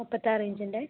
മുപ്പത്താറിഞ്ചിൻ്റെ